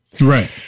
Right